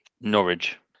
Norwich